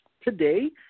today